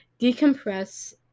decompress